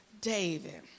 David